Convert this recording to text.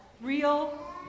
real